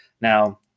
Now